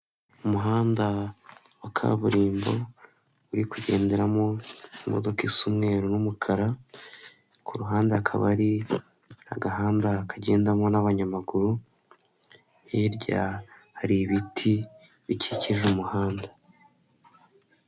Umuhanda wa kaburimbo, uri kugenderamo imodoka isa umweru n'umukara, ku ruhande hakaba hari agahanda kagendamo n'abanyamaguru, hirya hari ibiti bikikije umuhanda.